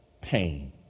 pain